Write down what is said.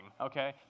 okay